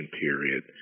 period